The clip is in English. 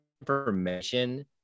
information